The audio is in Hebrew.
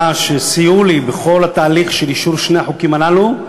שסייעו לי בכל התהליך של אישור שני החוקים הללו,